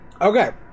Okay